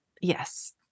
Yes